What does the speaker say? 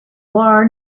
bar